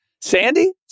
Sandy